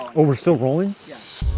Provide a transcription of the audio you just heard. oh, we're still rolling? yeah.